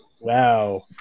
wow